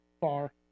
far